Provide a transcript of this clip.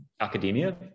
academia